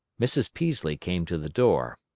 mrs. peaslee came to the door.